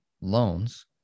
loans